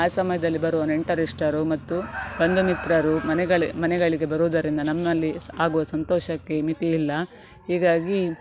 ಆ ಸಮಯದಲ್ಲಿ ಬರುವ ನೆಂಟರಿಷ್ಟರು ಮತ್ತು ಬಂಧುಮಿತ್ರರು ಮನೆಗಳ ಮನೆಗಳಿಗೆ ಬರುವುದರಿಂದ ನಮ್ಮಲ್ಲಿ ಆಗುವ ಸಂತೋಷಕ್ಕೆ ಮಿತಿ ಇಲ್ಲ ಹೀಗಾಗಿ